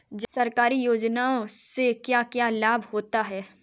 सरकारी योजनाओं से क्या क्या लाभ होता है?